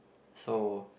so